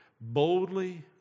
boldly